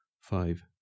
five